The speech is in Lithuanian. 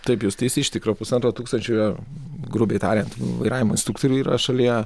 taip jūs teisi iš tikro pusantro tūkstančio grubiai tariant vairavimo instruktorių yra šalyje